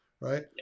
right